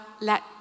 let